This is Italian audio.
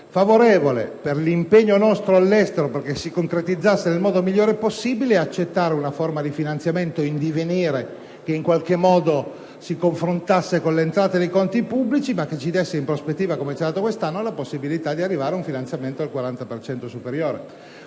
favorevole a che il nostro impegno all'estero si concretizzasse nel modo migliore possibile - di accettare una forma di finanziamento in divenire, che si confrontasse con le entrate dei conti pubblici, ma che ci desse in prospettiva, come ci ha dato quest'anno, la possibilità di arrivare ad un finanziamento del 40 per